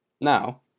Now